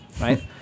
right